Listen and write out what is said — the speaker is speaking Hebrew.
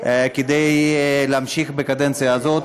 כדי להמשיך בקדנציה הזאת,